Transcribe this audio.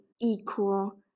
equal